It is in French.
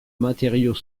matériaux